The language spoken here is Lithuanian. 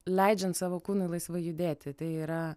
leidžiant savo kūnui laisvai judėti tai yra